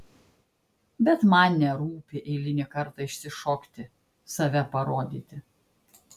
bet man nerūpi eilinį kartą išsišokti save parodyti